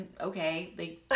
okay